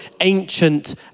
ancient